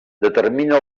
determina